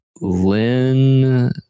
Lynn